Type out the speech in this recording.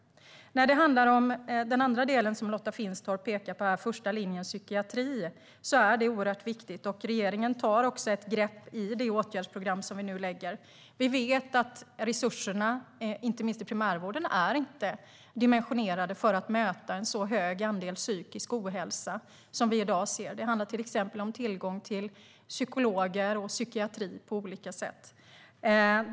Den andra del som Lotta Finstorp pekar på är första linjens psykiatri, som är oerhört viktig. Regeringen tar också ett grepp genom det åtgärdsprogram som vi nu lägger fram. Vi vet att resurserna inte minst i primärvården inte är dimensionerade för att möta en så hög andel psykisk ohälsa som vi ser i dag. Det handlar till exempel om tillgång till psykologer och psykiatri på olika sätt.